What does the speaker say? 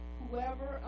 whoever